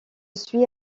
suis